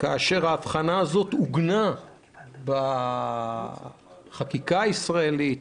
כאשר האבחנה הזאת עוגנה בחקיקה הישראלית,